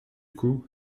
coup